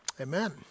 Amen